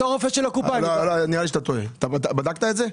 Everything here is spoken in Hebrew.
בדקת את זה?